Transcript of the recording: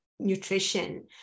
nutrition